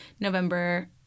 November